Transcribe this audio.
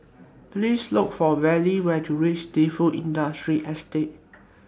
Please Look For Villa when YOU REACH Defu Industrial Estate